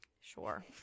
Sure